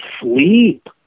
sleep